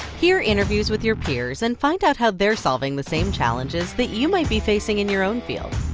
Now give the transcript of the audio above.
hear interviews with your peers and find out how they're solving the same challenges that you might be facing in your own field.